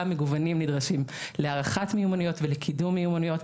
מגוונים נדרשים להערכת מיומנויות ולקידום מיומנויות,